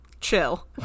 chill